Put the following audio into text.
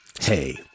Hey